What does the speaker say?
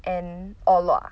and orh lua